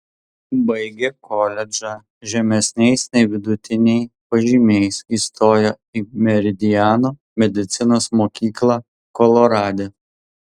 baigė koledžą žemesniais nei vidutiniai pažymiais įstojo į meridiano medicinos mokyklą kolorade